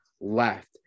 left